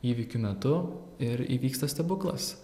įvykių metu ir įvyksta stebuklas